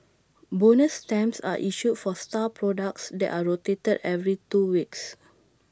bonus stamps are issued for star products that are rotated every two weeks